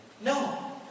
No